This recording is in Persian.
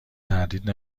تردید